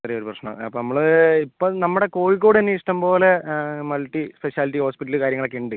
ചെറിയ ഒരു പ്രശ്നം അപ്പം നമ്മൾ ഇപ്പം നമ്മുടെ കോഴിക്കോട് തന്നെ ഇഷ്ടം പോലെ മൾട്ടി സ്പെഷ്യാലിറ്റി ഹോസ്പിറ്റൽ കാര്യങ്ങൾ ഒക്കെ ഉണ്ട്